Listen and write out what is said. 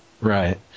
Right